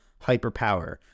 hyperpower